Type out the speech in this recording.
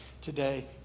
Today